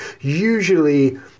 Usually